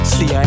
See